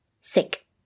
Sick